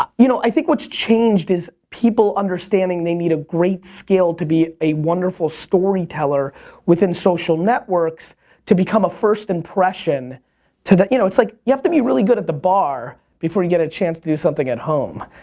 um you know i think what's changed is people understanding they need a great skill to be a wonderful storyteller within social networks to become a first impression to the, ya know, it's like you have to be really good at the bar before you get a chance to do something at home.